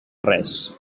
res